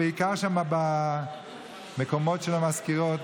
בעיקר שם, במקומות של המזכירות,